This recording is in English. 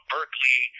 Berkeley